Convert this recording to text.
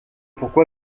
pourquoi